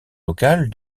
locales